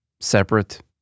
separate